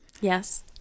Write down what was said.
Yes